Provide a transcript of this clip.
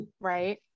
Right